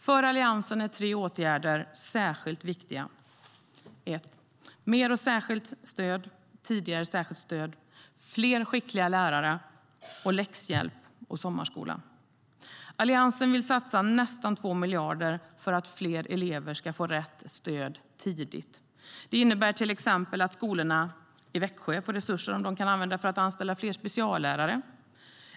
För Alliansen är tre åtgärder särskilt viktiga: Mer och tidigare särskilt stöd, fler skickliga lärare samt läxhjälp och sommarskola. Alliansen vill satsa nästan 2 miljarder för att fler elever ska få rätt stöd tidigt. Det innebär till exempel att skolorna i Växjö får resurser som de kan använda för att anställa fler speciallärare.